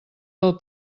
del